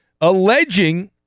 alleging